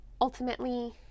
ultimately